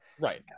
Right